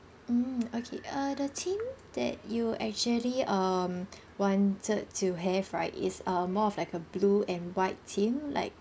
mm okay uh the theme that you actually um wanted to have right is a more of like a blue and white theme like